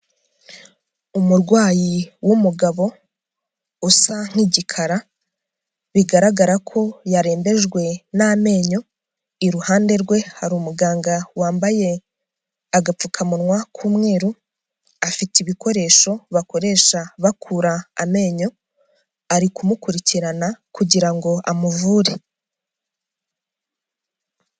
Umurwayi w'umugabo usa nk'igikara bigaragara ko yarembejwe n'amenyo. Iruhande rwe hari umuganga wambaye agapfukamunwa k'umweru. Afite ibikoresho bakoresha bakura amenyo. Ari kumukurikirana kugira ngo amuvure.